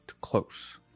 close